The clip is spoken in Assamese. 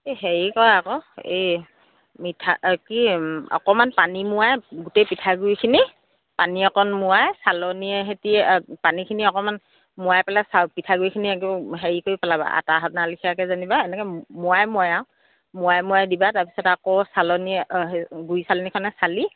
এই হেৰি কৰা আকৌ এই পিঠা কি অকণমান পানী মুৱাই গোটেই পিঠাগুড়িখিনি পানী অকণ মুৱাই চালনীয়ে সৈতে পানীখিনি অকণমান মুৱাই পেলাই চাউল পিঠাগুড়িখিনি একদম হেৰি কৰি পেলাবা আটা চলা নিচিনাকৈ যেনিবা মুৱাই মুৱাই আৰু মুৱাই মুৱাই দিবা তাৰপিছত আকৌ চালনি অহ্ হেৰি গুড়ি চালনিখনে চালি